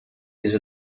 без